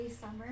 summer